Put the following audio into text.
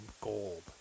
gold